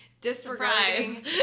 disregarding